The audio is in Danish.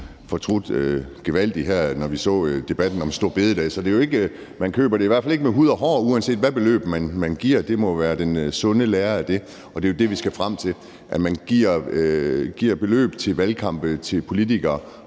fortrudt gevaldigt i forbindelse med debatten om store bededag. Så man køber i hvert fald ikke partiet med hud og hår, uanset hvilket beløb man giver – det må være den sunde lære af det. Og det er jo det, vi skal frem til, altså at man giver et beløb til valgkampe og til politikere,